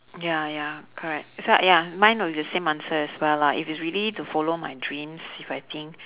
ya ya correct it's uh ya mine would be the same answer as well lah if it's really to follow my dreams if I think